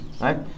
right